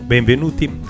Benvenuti